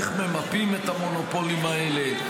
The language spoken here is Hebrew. איך ממפים את המונופולים האלה.